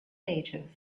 ages